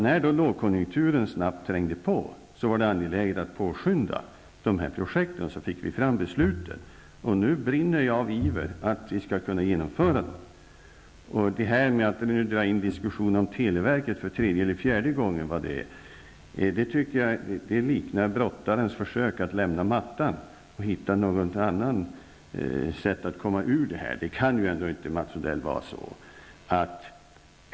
När då lågkonjunkturen snabbt trängde på var det angeläget att påskynda projekten, så att vi fick fram besluten. Nu brinner jag av iver för att vi skall kunna genomföra dem. Att Mats Odell nu för tredje eller fjärde gången drar in diskussionen om televerket tycker jag liknar brottarens försök att lämna mattan; det är ett försök att komma ur den här diskussionen.